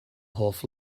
hoff